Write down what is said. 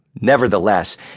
Nevertheless